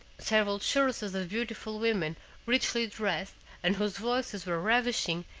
several choruses of beautiful women richly dressed, and whose voices were ravishing,